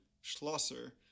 Schlosser